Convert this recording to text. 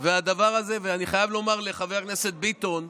ואני חייב לומר לחבר הכנסת ביטון,